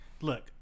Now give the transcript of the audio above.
Look